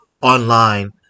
online